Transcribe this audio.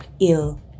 ill